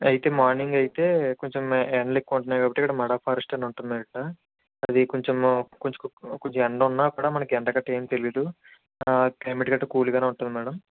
అయితే మార్నింగ్ అయితే కొంచం ఎండలు ఎక్కువ ఉంటన్నాయి కాబట్టి ఇక్కడ మడ ఫారెస్ట్ అని ఉంటుంది ఇక్కడ అది కొంచము కొంచం కొంచం ఎండ ఉన్నా కూడా మనకి ఎండ గట్టా ఏం తెలీదు క్లైమేట్ గట్టా కూల్ గానే ఉంటుంది మ్యాడమ్